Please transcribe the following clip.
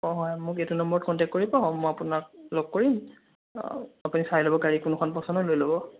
অঁ হয় মোক এইটো নম্বৰত কণ্টেক কৰিব মই আপোনাক লগ কৰিম আপুনি চাই ল'ব গাড়ী কোনখন পছন্দ হয় লৈ ল'ব